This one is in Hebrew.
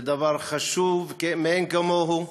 זה דבר חשוב מאין כמוהו.